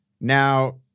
Now